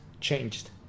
changed